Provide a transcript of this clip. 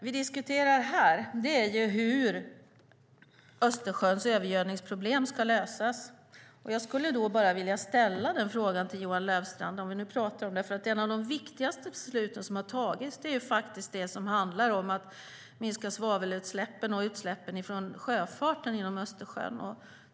Vi diskuterar här hur Östersjöns övergödningsproblem ska lösas, och jag skulle vilja ställa en fråga till Johan Löfstrand. Ett av de viktigaste beslut som har tagits är det som handlar om att minska svavelutsläppen och utsläppen från sjöfarten i Östersjön.